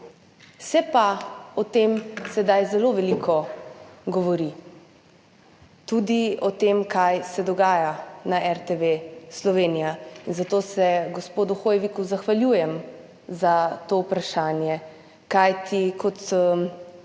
Se pa o tem sedaj zelo veliko govori, tudi o tem, kaj se dogaja na RTV Slovenija. Zato se gospodu Hoiviku zahvaljujem za to vprašanje. Kajti Zakon